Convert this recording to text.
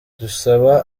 dusaba